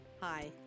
Hi